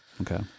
Okay